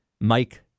Mike